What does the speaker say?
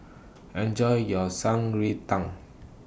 Enjoy your Shan Rui Tang